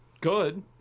good